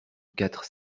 quatre